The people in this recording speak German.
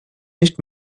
nicht